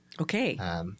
Okay